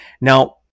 Now